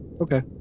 Okay